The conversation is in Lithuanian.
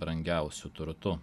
brangiausiu turtu